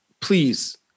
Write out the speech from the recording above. please